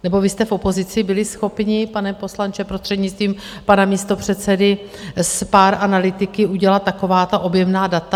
Nebo vy jste v opozici byli schopni, pane poslanče, prostřednictvím pana místopředsedy, s pár analytiky udělat taková ta objemná data?